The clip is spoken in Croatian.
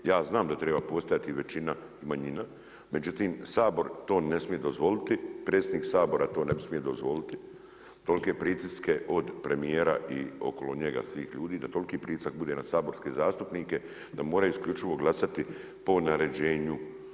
Ja znam da treba postojati većina i manjina međutim Sabor to ne smije dozvoliti, predsjednik Sabora to ne bi smio dozvoliti tolike pritiske od premijera i okolo njega svih ljudi, da toliki pritisak bude na saborske zastupnike da moraju isključivo glasati po naređenju.